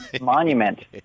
monument